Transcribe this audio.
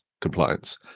compliance